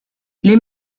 les